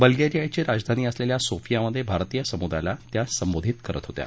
बल्गेरियाची राजधानी असलेल्या सोफीया मध्ये भारतीय समुदायाला त्या संबोधित करत होत्या